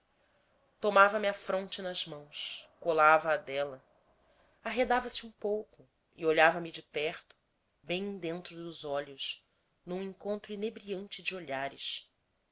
tomava me a fronte nas mãos colava à dela arredava se um pouco e olhava-me de perto bem dentro dos olhos num encontro inebriante de olhares